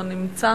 לא נמצא,